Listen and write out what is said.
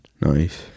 Nice